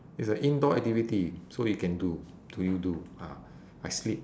it's a indoor activity so you can do to you do ah I sleep